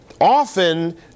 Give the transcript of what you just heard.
Often